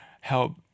help